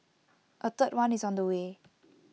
A third one is on the way